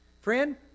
Friend